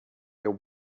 your